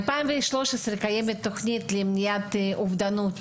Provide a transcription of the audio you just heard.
התוכנית למניעת אובדנות